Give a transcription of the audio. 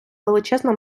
величезна